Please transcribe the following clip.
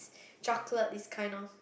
chocolate is kind of